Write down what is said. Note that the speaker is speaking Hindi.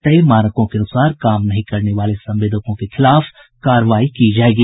तय मानकों के अनुसार काम नहीं करने वाले संवेदकों के खिलाफ कार्रवाई की जायेगी